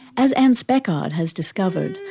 as anne speckhard has discovered,